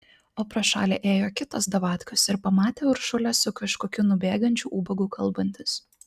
o pro šalį ėjo kitos davatkos ir pamatė uršulę su kažkokiu nubėgančiu ubagu kalbantis